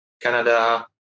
Canada